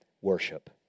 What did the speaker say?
worship